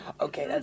Okay